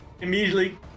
immediately